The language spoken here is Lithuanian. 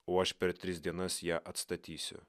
o aš per tris dienas ją atstatysiu